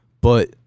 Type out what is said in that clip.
But-